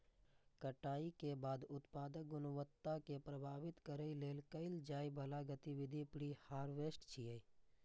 कटाइ के बाद उत्पादक गुणवत्ता कें प्रभावित करै लेल कैल जाइ बला गतिविधि प्रीहार्वेस्ट छियै